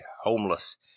homeless